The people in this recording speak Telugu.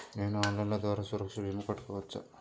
నేను ఆన్లైన్ ద్వారా సురక్ష భీమా కట్టుకోవచ్చా?